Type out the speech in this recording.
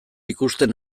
ikusten